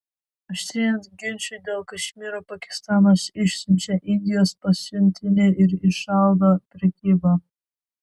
aštrėjant ginčui dėl kašmyro pakistanas išsiunčia indijos pasiuntinį ir įšaldo prekybą